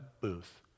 booth